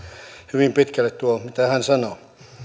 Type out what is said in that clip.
hyvin pitkälle tuo mitä hän sanoo